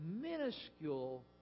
minuscule